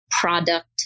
product